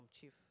chief